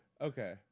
Okay